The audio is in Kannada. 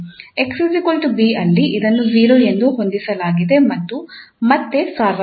𝑥 𝑏 ಅಲ್ಲಿ ಅದನ್ನು 0 ಎಂದು ಹೊಂದಿಸಲಾಗಿದೆ ಮತ್ತು ಮತ್ತೆ ಸಾರ್ವಕಾಲಿಕ